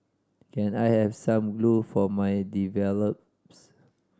can I have some glue for my develops